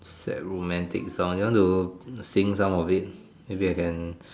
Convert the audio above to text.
sad romantic songs you want to sing some of it maybe I can